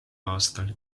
aastal